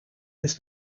its